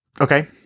Okay